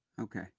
Okay